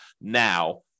now